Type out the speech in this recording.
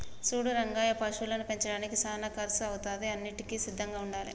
సూడు రంగయ్య పశువులను పెంచడానికి సానా కర్సు అవుతాది అన్నింటికీ సిద్ధంగా ఉండాలే